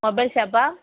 mobile ஷாப்பா